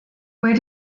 where